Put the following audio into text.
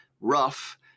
rough